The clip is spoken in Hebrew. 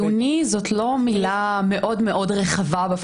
חיוני זאת לא מילה מאוד מאוד רחבה באופן